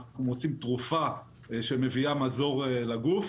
אנחנו גם רוצים תרופה שמביאה מזור לגוף.